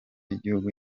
y’igihugu